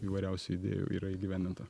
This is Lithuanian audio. įvairiausių idėjų yra įgyvendinta